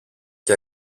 και